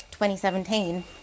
2017